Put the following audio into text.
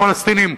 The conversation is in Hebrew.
הפלסטינים,